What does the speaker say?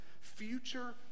Future